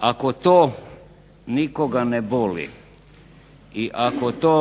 Ako to nikoga ne boli i ako to